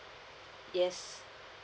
yes